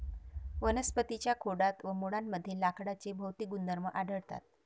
वनस्पतीं च्या खोडात व मुळांमध्ये लाकडाचे भौतिक गुणधर्म आढळतात